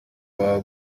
baba